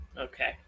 Okay